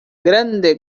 grande